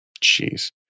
Jeez